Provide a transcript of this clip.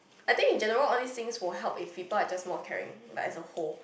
I think in general all these things will help if people are just more caring like as a whole